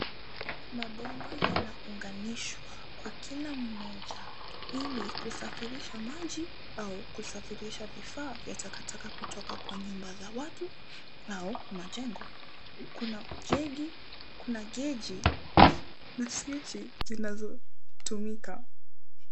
Mabomba yana unganishwa kwa kila mmoja ili kusafirisha maji au kusafirisha vifaa vya takataka kutoka kwa nyumba za watu au majengo kuna geji na swichi zinazo tumika.